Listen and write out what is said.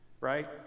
right